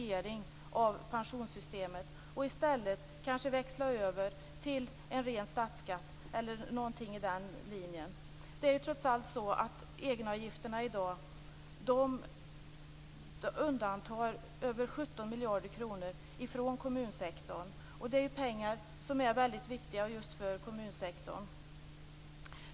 Egenavgifterna undandrar i dag över 17 miljarder kronor från kommunsektorn. Det är pengar som är väldigt viktiga för just kommunsektorn.